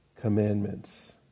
commandments